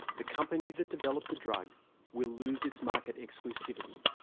the company that developed the drug will lose its market exclusivity.